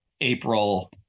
April